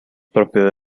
propiedad